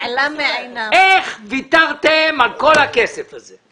איך ויתרתם על כל הכסף הזה?